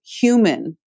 human